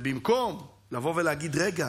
ובמקום לבוא ולהגיד: רגע,